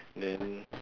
then